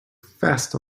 fast